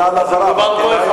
יודע בדיוק,